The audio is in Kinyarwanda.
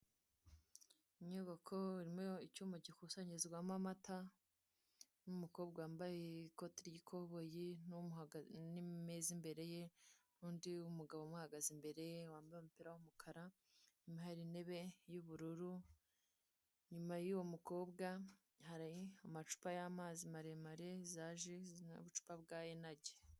Inyubako irimo icyuma gikusanyirizwamo amata n'umukobwa wambaye ikore ry'ikoboyi n'imeza imbere ye, n'undi w'umugabo umuhagaze imbere wambaye umupira w'umukara, inyuma ye hari intebe y'ubururu, inyuma y'uwo mukobwa hari amacupa y'amazi maremare, za ji n'ubucupa bwa inaji.